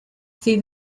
see